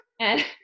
And-